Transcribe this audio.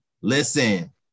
listen